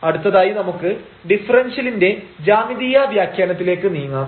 അടുത്തതായി നമുക്ക് ഡിഫറെൻഷ്യലിന്റെ ജ്യാമിതീയ വ്യാഖ്യാനത്തിലേക്ക് നീങ്ങാം